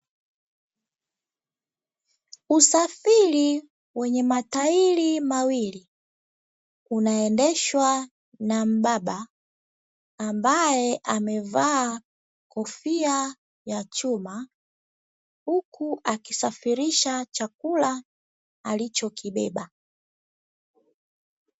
Usafiri wenye matairi mawili unaendeshwa na mbaba ambae amevaa kofia ya chuma, huku akisafirisha chakula alichokibeba.